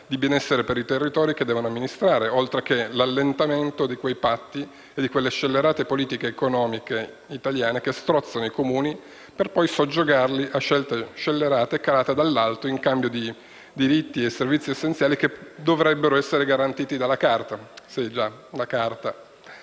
di benessere per i territori che devono amministrare, oltre che l'allentamento di quei patti e di quelle scellerate politiche economiche italiane che strozzano i Comuni per poi soggiogarli a scelte scellerate calate dall'alto in cambio di diritti e servizi essenziali che dovrebbero essere garantiti dalla Carta, ma lasciamo